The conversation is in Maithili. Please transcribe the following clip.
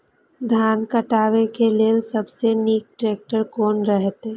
धान काटय के लेल सबसे नीक ट्रैक्टर कोन रहैत?